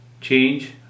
change